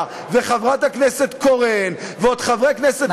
וחברת הכנסת קורן ועוד חברי כנסת רבים אחרים,